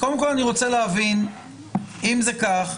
אני רוצה להבין קודם כל אם זה כך,